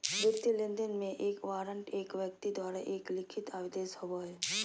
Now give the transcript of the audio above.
वित्तीय लेनदेन में, एक वारंट एक व्यक्ति द्वारा एक लिखित आदेश होबो हइ